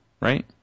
right